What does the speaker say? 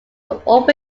open